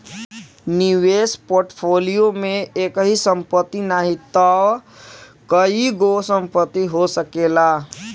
निवेश पोर्टफोलियो में एकही संपत्ति नाही तअ कईगो संपत्ति हो सकेला